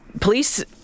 police